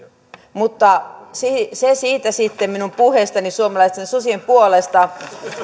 mutta se se siitä sitten minun puheessani suomalaisten susien puolesta